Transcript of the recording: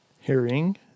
Herring